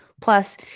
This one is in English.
Plus